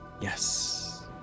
Yes